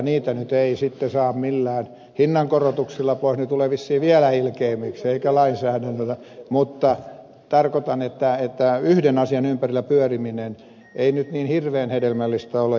niitä nyt ei sitten saa millään hinnankorotuksilla eikä lainsäädännöllä pois ne tulevat vissiin vielä ilkeämmiksi mutta tarkoitan että yhden asian ympärillä pyöriminen ei nyt niin hirveän hedelmällistä ole